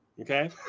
Okay